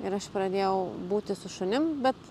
ir aš pradėjau būti su šunim bet